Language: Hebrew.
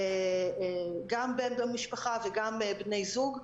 גם במשפחה בין בני זוג,